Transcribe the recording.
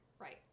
Right